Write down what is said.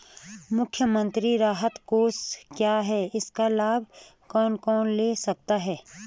मुख्यमंत्री राहत कोष क्या है इसका लाभ कौन कौन ले सकता है?